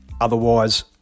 otherwise